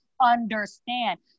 understand